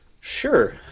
Sure